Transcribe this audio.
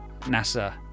NASA